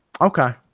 okay